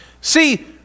See